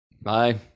Bye